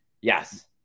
yes